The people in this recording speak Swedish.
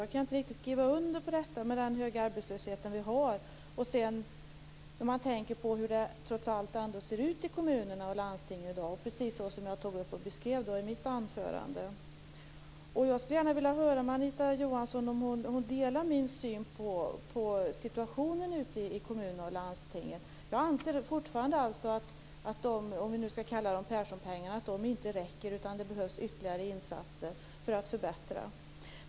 Jag kan inte riktigt skriva under på detta med den höga arbetslöshet som vi har och när man tänker på hur det trots allt ser ut ute i kommuner och landsting i dag, som jag beskrev i mitt anförande. Jag skulle gärna vilja höra med Anita Johansson om hon delar min syn på situationen ute i kommuner och landsting. Jag anser fortfarande att Perssonpengarna, om vi nu skall kalla dem så, inte räcker. Det behövs ytterligare insatser för att förbättra situationen.